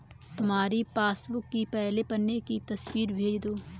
तुम्हारी पासबुक की पहले पन्ने की तस्वीर भेज दो